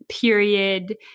period